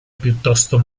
piuttosto